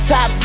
Top